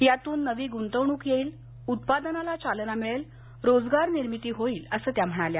यातून नवी गुंतवणुक येईल उत्पादनाला चालना मिळेल रोजगार निर्मिती होईल असं त्या म्हणाल्या